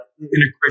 integration